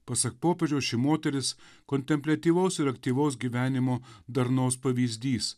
pasak popiežiaus ši moteris kontempliatyvaus ir aktyvaus gyvenimo darnos pavyzdys